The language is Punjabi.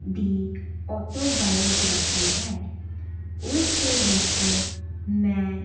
ਦੀ ਔਟੋਬਾਇਉਗ੍ਰਾਫੀ ਹੈ ਉਸ ਦੇ ਵਿੱਚ ਮੈਂ